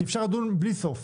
כי אפשר לדון בלי סוף.